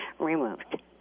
removed